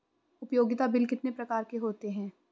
उपयोगिता बिल कितने प्रकार के होते हैं?